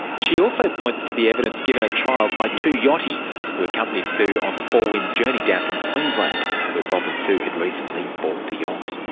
she also points to the evidence given at trial by two yachties who accompanied sue on the four wind's journey down from queensland where bob and sue had recently bought the yacht.